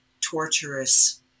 torturous